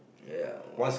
ya